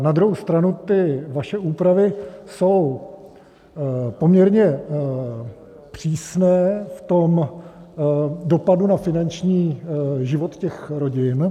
Na druhou stranu vaše úpravy jsou poměrně přísné v dopadu na finanční život těch rodin.